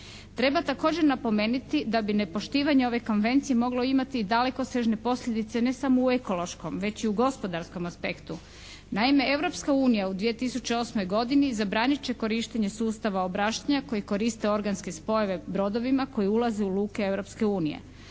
Treba također napomenuti da bi nepoštivanje ove Konvencije moglo imati i dalekosežne posljedice ne samo u ekološkom već i u gospodarskom aspektu. Naime, Europska unija u 2008. godini zabranit će korištenje sustava obraštanja koji koriste organske spojeve brodovima koji ulaze u luke